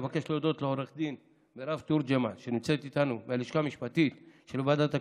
אבקש להודות לעו"ד מירב תורג'מן מהלשכה המשפטית של ועדת הכלכלה,